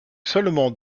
seulement